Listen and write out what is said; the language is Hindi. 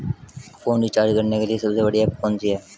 फोन रिचार्ज करने के लिए सबसे बढ़िया ऐप कौन सी है?